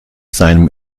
seinem